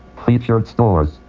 featured stores.